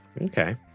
Okay